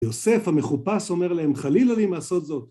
יוסף המחופש אומר להם ״חלילה לי מעשות זאת״.